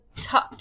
touch